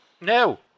No